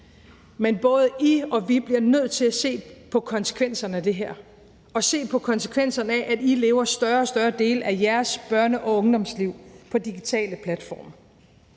Men både I og vi bliver nødt til at se på konsekvenserne af det her og se på konsekvenserne af, at I lever større og større dele af jeres børne- og ungdomsliv på digitale platforme.